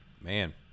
man